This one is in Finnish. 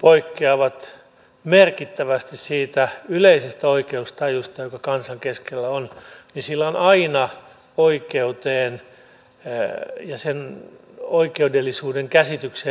poikkeavat merkittävästi siitä yleisestä oikeustajusta joka kansan keskellä on niin sillä on aina oikeuteen ja sen oikeudellisuuden käsitykseen heikentävä vaikutus